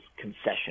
concession